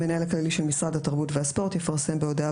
המנהל הכללי של משרד התרבות והספורט יפרסם בהודעה